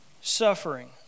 suffering